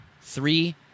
three